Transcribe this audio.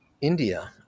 India